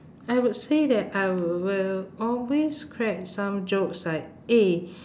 I would say that I will always crack some jokes like eh